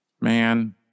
Man